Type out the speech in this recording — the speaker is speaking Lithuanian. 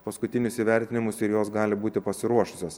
paskutinis įvertinimus ir jos gali būti pasiruošusios